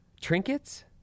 Trinkets